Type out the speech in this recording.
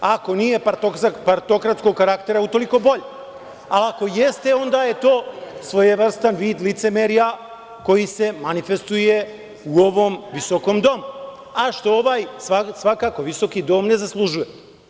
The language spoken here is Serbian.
Ako nije partokratskog karaktera, utoliko bolje, ali ako jeste, onda je to svojevrstan vid licemerja koji se manifestuje u ovom visokom domu, a što ovaj visoki dom svakako ne zaslužuje.